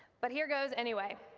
but here goes anyway!